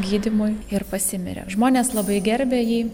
gydymui ir pasimirė žmonės labai gerbė jį